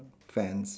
fence